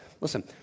Listen